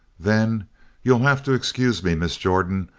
then you'll have to excuse me, miss jordan.